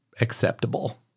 acceptable